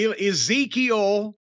Ezekiel